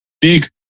big